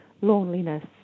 Loneliness